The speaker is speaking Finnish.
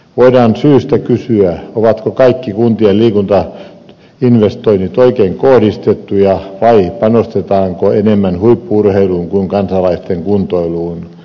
voidaan syystä kysyä ovatko kaikki kuntien liikuntainvestoinnit oikein kohdistettuja vai panostetaanko enemmän huippu urheiluun kuin kansalaisten kuntoiluun